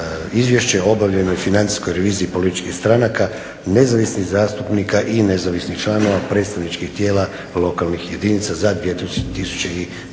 Izvješće o obavljenoj financijskoj reviziji političkih stranaka, nezavisnih zastupnika i nezavisnih članova predstavničkih tijela jedinica lokalne